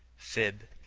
fib,